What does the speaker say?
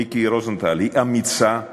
מיקי רוזנטל, היא אמיצה.